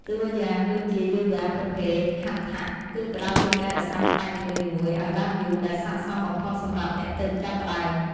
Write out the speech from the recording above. តួយ៉ាងដូចជា យូហ្គាប្រភេទ ហាត់ថៈ គឺផ្ដោតលើការរក្សាក្បាច់នីមួយៗឱ្យបានយូរ ដែលស័ក្តិសមបំផុតសម្រាប់អ្នកទើបចាប់ផ្ដើម។